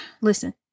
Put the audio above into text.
Listen